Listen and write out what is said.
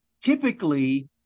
typically